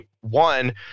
one